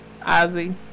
Ozzy